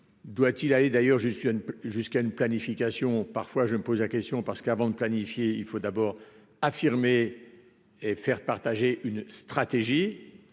doit-il aller d'ailleurs jusqu'à, jusqu'à une planification parfois, je me pose la question parce qu'avant de planifier, il faut d'abord affirmé et faire partager une stratégie